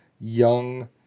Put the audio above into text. young